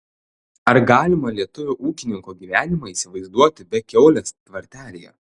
ar galima lietuvio ūkininko gyvenimą įsivaizduoti be kiaulės tvartelyje